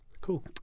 Cool